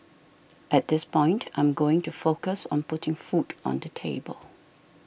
at this point I am going to focus on putting food on the table